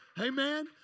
Amen